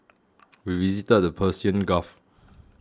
we visited the Persian Gulf